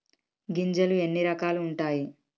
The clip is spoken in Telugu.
గింజలు ఎన్ని రకాలు ఉంటాయి?